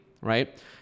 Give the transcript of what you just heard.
right